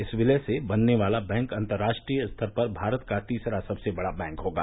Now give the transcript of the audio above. इस विलय से बनने वाला बैंक अंतर्राष्ट्रीय स्तर पर भारत का तीसरा सबसे बड़ा बैंक होगा